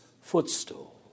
footstool